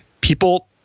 people